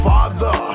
Father